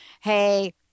hey